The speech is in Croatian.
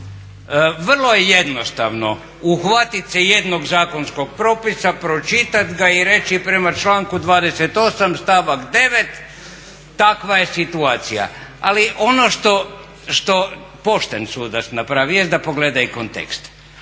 Vrlo je jednostavno uhvatiti se jednog zakonskog propisa pročitat ga i reći prema članku 28. stavak 9. takva je situacija. Ali ono što pošten sudac napravi jest da pogleda i kontekst